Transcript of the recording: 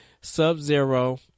Sub-Zero